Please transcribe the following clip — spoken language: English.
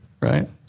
right